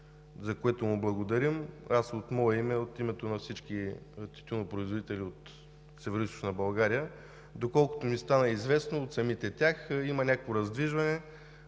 за което му благодарим – от мое име и от името на всички тютюнопроизводители от Североизточна България, доколкото ми стана известно от самите тях, има някакво раздвижване